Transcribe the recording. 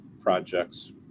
projects